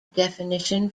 definition